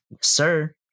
sir